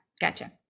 Gotcha